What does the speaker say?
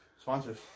sponsors